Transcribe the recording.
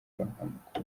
amakuru